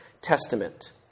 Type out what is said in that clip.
Testament